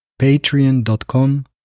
Patreon.com